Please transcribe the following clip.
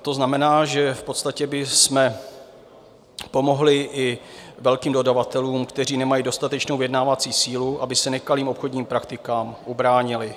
To znamená, že v podstatě bychom pomohli i velkým dodavatelům, kteří nemají dostatečnou vyjednávací sílu, aby se nekalým obchodním praktikám ubránili.